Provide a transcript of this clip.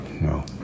No